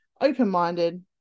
open-minded